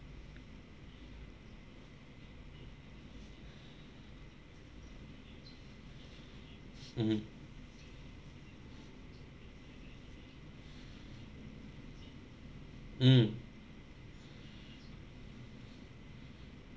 mmhmm mm